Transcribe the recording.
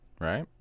right